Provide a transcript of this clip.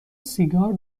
سیگار